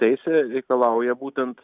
teisė reikalauja būtent